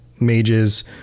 mages